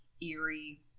eerie